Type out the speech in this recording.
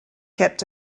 kept